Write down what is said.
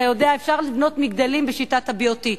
אתה יודע, אפשר לבנות מגדלים בשיטת ה-BOT.